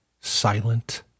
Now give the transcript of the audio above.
silent